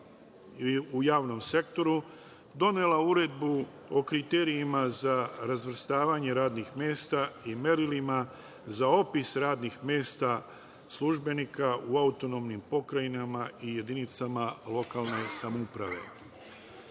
u javnom sektoru donela Uredbu o kriterijumima za razvrstavanje radnih mesta i merilima za opis radnih mesta službenika AP i jedinicama lokalne samouprave.